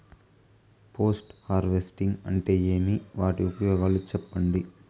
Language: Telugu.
పోస్ట్ హార్వెస్టింగ్ అంటే ఏమి? వాటి ఉపయోగాలు చెప్పండి?